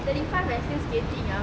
thirty five and still skating ah